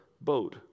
boat